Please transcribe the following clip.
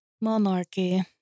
Monarchy